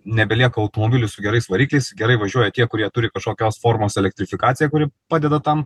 nebelieka automobilių su gerais varikliais gerai važiuoja tie kurie turi kažkokios formos elektrifikaciją kuri padeda tam